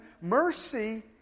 mercy